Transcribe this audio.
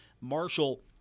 Marshall